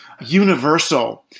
universal